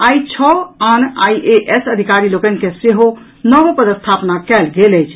आई छओ आन आइएस अधिकारी लोकनि के सेहो नव पदस्थापना कयल गेल अछि